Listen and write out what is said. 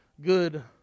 good